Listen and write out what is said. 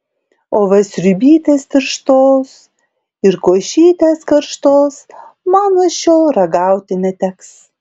o va sriubytės tirštos ir košytės karštos man nuo šiol ragauti neteks